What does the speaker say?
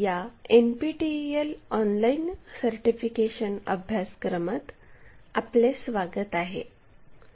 या NPTEL online certification अभ्यासक्रमात आपले स्वागत आहे